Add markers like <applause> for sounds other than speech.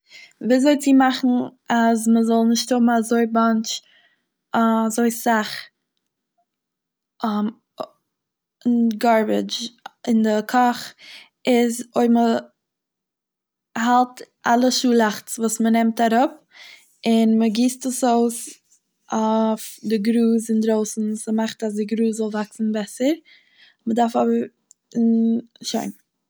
ווי אזוי צו מאכן אז מ'זאל נישט האבן אזוי באנטש- אזוי סאך <hesitation> גארביטש אין די קאך איז אויב מ'האלט אלע שאלאכץ וואס מ'נעמט אראפ און מ'גיסט עס אויס אויף די גראז אינדרויסן ס'מאכט אז די גראז זאל וואקסן בעסער, מ'דארף אבער, שוין.